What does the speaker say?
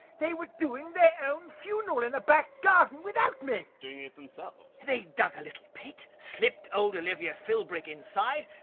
they were doing their own funeral in the back garden, without me! doing it themselves? they'd dug a little pit, slipped old olivia filbrick inside,